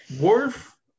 Worf